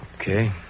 Okay